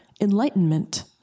enlightenment